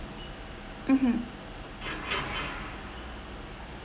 mmhmm